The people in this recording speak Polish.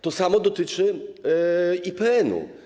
To samo dotyczy IPN-u.